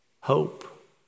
Hope